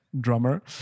drummer